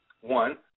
One